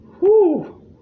Whoo